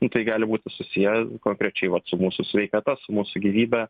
nu tai gali būti susiję konkrečiai vat su mūsų sveikata su mūsų gyvybe